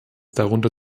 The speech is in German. darunter